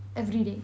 every day